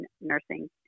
nursing